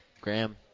Graham